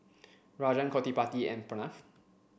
Rajan Gottipati and Pranav